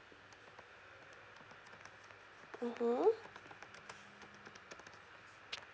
mmhmm